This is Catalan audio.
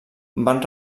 van